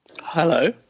hello